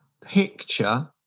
picture